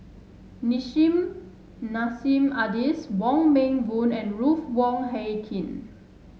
Nissim Nassim Adis Wong Meng Voon and Ruth Wong Hie King